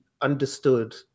understood